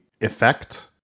effect